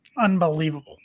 Unbelievable